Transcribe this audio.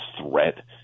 threat